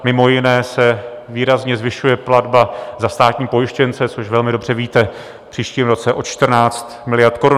Mimo jiné se výrazně zvyšuje platba za státní pojištěnce, což velmi dobře víte, v příštím roce o 14 miliard korun.